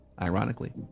ironically